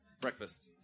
breakfast